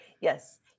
yes